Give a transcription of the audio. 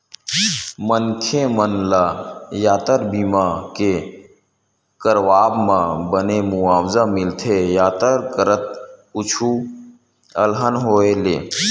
मनखे मन ल यातर बीमा के करवाब म बने मुवाजा मिलथे यातर करत कुछु अलहन होय ले